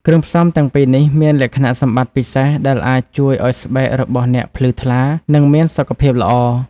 គ្រឿងផ្សំទាំងពីរនេះមានលក្ខណៈសម្បត្តិពិសេសដែលអាចជួយឲ្យស្បែករបស់អ្នកភ្លឺថ្លា និងមានសុខភាពល្អ។